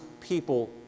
people